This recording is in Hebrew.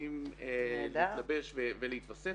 זאת כדי